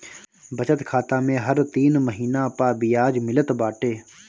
बचत खाता में हर तीन महिना पअ बियाज मिलत बाटे